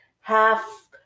half